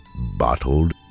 Bottled